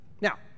Now